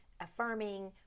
affirming